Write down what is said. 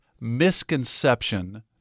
misconception